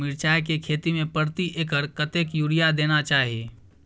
मिर्चाय के खेती में प्रति एकर कतेक यूरिया देना चाही?